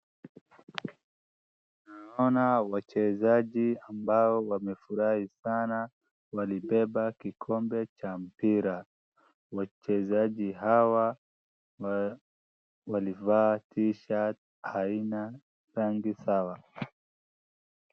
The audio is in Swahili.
Naona wachezaji ambao wamefurahi sana. Walibeba kikombe cha mpira. Wachezaji hawa walivaa t shirt aina rangi sawa.